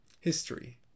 History